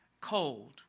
cold